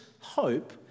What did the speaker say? hope